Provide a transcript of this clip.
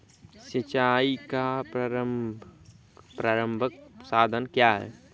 सिंचाई का प्रारंभिक साधन क्या है?